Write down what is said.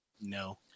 No